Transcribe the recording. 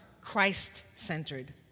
Christ-centered